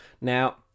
now